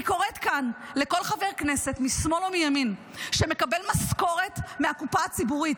אני קוראת כאן לכל חבר כנסת משמאל ומימין שמקבל משכורת מהקופה הציבורית,